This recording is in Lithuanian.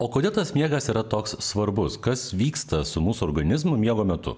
o kodėl tas miegas yra toks svarbus kas vyksta su mūsų organizmu miego metu